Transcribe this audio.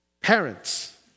Parents